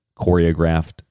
choreographed